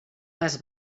pas